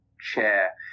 chair